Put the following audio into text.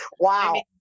Wow